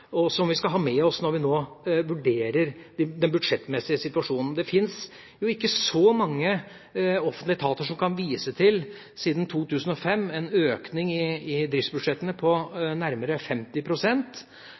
og det skal vi ha med oss når vi nå vurderer den budsjettmessige situasjonen. Det fins jo ikke så mange offentlige etater som siden 2005 kan vise til en økning i driftsbudsjettene på